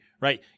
right